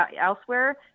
elsewhere